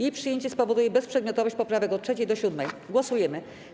Jej przyjęcie spowoduje bezprzedmiotowość poprawek od 3. do 7. Głosujemy.